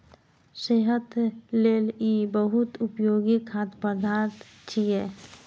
सेहत लेल ई बहुत उपयोगी खाद्य पदार्थ छियै